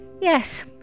Yes